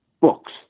books